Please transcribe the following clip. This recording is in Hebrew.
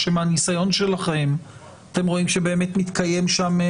או שמניסיון שלכם אתם רואים שבאמת מתקיים שם-